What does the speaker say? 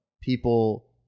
people